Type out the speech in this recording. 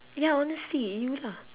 ya honestly you lah